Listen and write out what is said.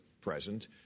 present